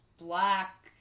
black